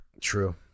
True